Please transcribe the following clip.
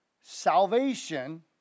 salvation